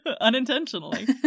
Unintentionally